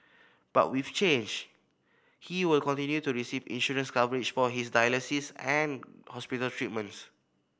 but with change he will continue to receive insurance coverage for his dialysis and hospital treatments